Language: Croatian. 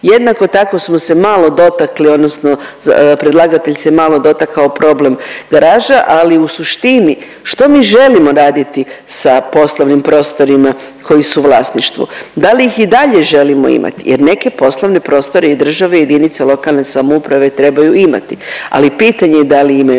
Jednako tako smo se malo dotakli odnosno predlagatelj se malo dotakao problem garaža, ali u suštini što mi želimo raditi sa poslovnim prostorima koji su u vlasništvu? Da li ih i dalje želimo imati jer neke poslovne prostore i država i jedinice lokalne samouprave trebaju imati, ali pitanje da li imaju?